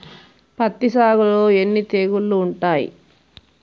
పత్తి సాగులో ఎన్ని తెగుళ్లు ఉంటాయి?